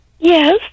Yes